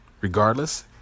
regardless